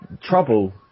trouble